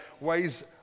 ways